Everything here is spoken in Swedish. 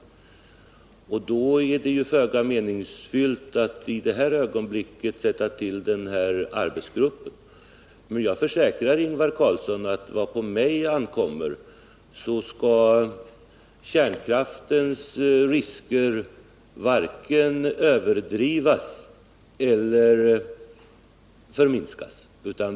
Mot den bakgrunden är det föga meningsfullt att i det här ögonblicket tillsätta en arbetsgrupp. Men jag försäkrar Ingvar Carlsson att vad på mig ankommer skall kärnkraftens risker varken överdrivas eller underskattas.